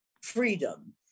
freedom